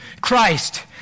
Christ